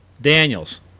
Daniels